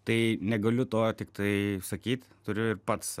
tai negaliu to tiktai sakyt turiu ir pats